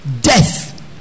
death